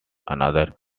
another